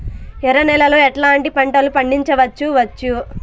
ఎర్ర నేలలో ఎట్లాంటి పంట లు పండించవచ్చు వచ్చు?